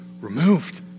removed